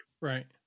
Right